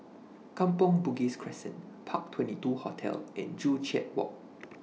Kampong Bugis Crescent Park twenty two Hotel and Joo Chiat Walk